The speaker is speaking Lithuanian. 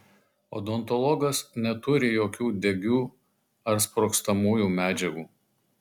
odontologas neturi jokių degių ar sprogstamųjų medžiagų